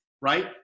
Right